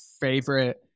favorite